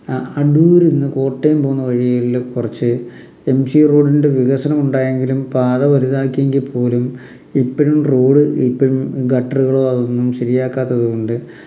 ആ അടൂരിന്ന് കോട്ടയം പോകുന്ന വഴിയിൽ കുറച്ച് എം സി റോഡിൻ്റെ വികസനം ഉണ്ടായെങ്കിലും പാത വലുതാക്കിയെങ്കിൽ പോലും ഇപ്പോഴും റോഡ് ഇപ്പോഴും ഗട്ടറുകളോ അതൊന്നും ശരിയാക്കാത്തത് കൊണ്ട്